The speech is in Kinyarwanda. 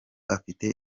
afite